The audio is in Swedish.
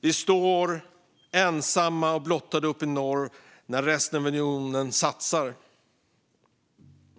Vi står ensamma och blottade uppe i norr när resten av unionen satsar.